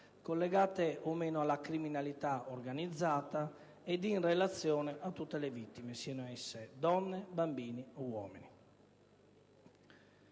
collegate o meno alla criminalità organizzata ed in relazione a tutte le vittime, siano esse donne, bambini o uomini.